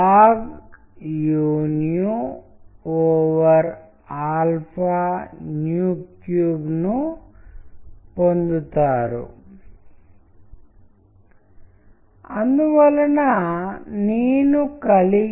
Paris Eiffel tower మరియు Eiffel tower పదాలతో రూపొందించబడింది మరియు ఈ పదాలు కొంత అర్థాన్ని తెలియజేయగలిగాయి